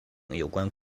有关